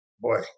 boy